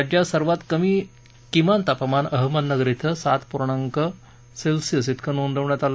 राज्यात सर्वात कमी किमान तापमान अहमदनगर क्रि सात पूर्णांक सेल्सिअस विकं नोंदवलं गेलं